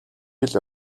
жил